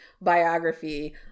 biography